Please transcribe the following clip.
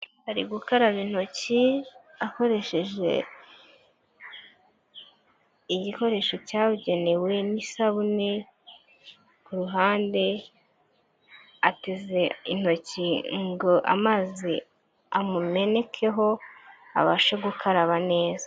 Ari gukaraba intoki akoresheje igikoresho cyabugenewe n'isabune ku ruhande ateze intoki ngo amazi amumenekeho abashe gukaraba neza.